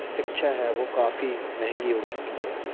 शिक्षा है वो काफ़ी महंगी हो चुकी है